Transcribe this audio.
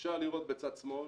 אפשר לראות בצד שמאל,